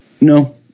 No